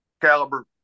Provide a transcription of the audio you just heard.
caliber